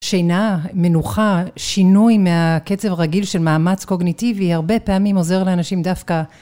שינה, מנוחה, שינוי מהקצב הרגיל של מאמץ קוגניטיבי הרבה פעמים עוזר לאנשים דווקא.